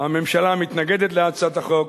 הממשלה מתנגדת להצעת החוק.